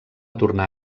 tornar